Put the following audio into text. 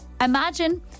Imagine